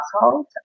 household